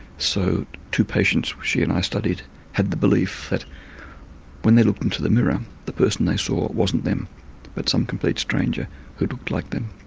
so two patients she and i studied had the belief that when they looked into the mirror um the person they saw wasn't them but some complete stranger who looked like them.